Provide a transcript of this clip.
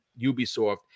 Ubisoft